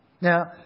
Now